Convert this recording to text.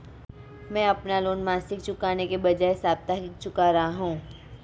मैं अपना लोन मासिक चुकाने के बजाए साप्ताहिक चुका रहा हूँ